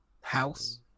House